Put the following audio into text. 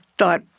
Thought